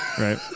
Right